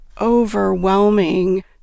overwhelming